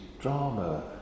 drama